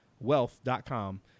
Wealth.com